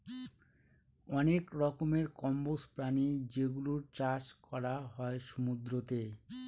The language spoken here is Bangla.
অনেক রকমের কম্বোজ প্রাণী যেগুলোর চাষ করা হয় সমুদ্রতে